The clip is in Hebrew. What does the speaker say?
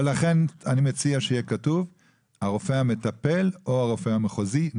לכן אני מציע שיהיה כתוב שהרופא המטפל או הרופא המחוזי.